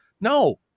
no